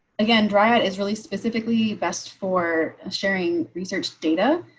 again, dry it is really specifically best for sharing research data.